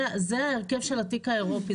זה ההרכב של התיק האירופי,